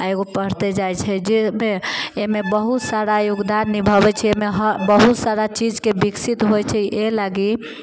एगो बढ़ते जाइ छै जे अयमे बहुत सारा योगदान निभाबै छै अयमे बहुत सारा चीजके विकसित होइ छै एहि लागी